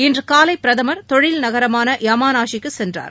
இன்று காலை பிரதமர் தொழில் நகரமான யாமாநாஷிக்கு சென்றார்